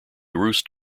roost